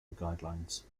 guidelines